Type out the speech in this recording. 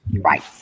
Right